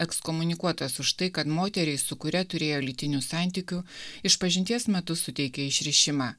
ekskomunikuotas už tai kad moteriai su kuria turėjo lytinių santykių išpažinties metu suteikė išrišimą